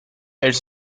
elle